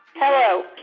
hello.